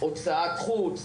הוצאת חוץ,